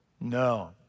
no